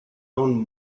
own